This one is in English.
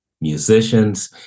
musicians